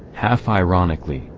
half ironically,